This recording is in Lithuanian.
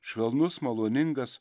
švelnus maloningas